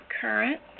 current